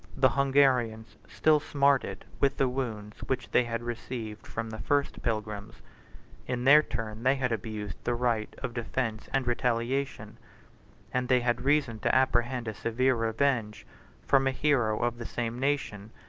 the hungarians still smarted with the wounds which they had received from the first pilgrims in their turn they had abused the right of defence and retaliation and they had reason to apprehend a severe revenge from a hero of the same nation,